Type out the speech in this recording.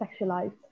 sexualized